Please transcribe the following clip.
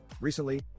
Recently